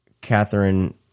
Catherine